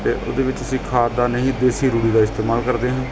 ਅਤੇ ਉਹਦੇ ਵਿੱਚ ਅਸੀਂ ਖਾਦ ਦਾ ਨਹੀਂ ਦੇਸੀ ਰੂੜ੍ਹੀ ਦਾ ਇਸਤੇਮਾਲ ਕਰਦੇ ਹਾਂ